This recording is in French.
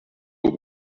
aux